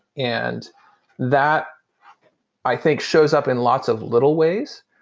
and that i think shows up in lots of little ways,